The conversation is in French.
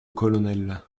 colonel